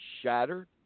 shattered